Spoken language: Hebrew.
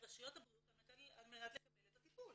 לרשויות הבריאות על מנת לקבל את הטיפול.